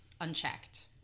unchecked